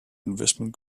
investment